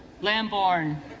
Lamborn